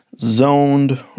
zoned